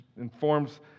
informs